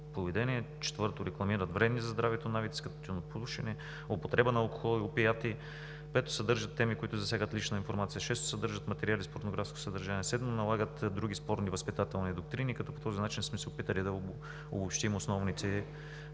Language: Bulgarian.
поведение; четвърто, рекламират вредни за здравето навици като тютюнопушене, употреба на алкохол и опиати; пето, съдържат теми, които засягат лична информация; шесто, съдържат материали с порнографско съдържание; седмо, налагат други спорни възпитателни доктрини. По този начин сме се опитали да обобщим основните